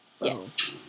Yes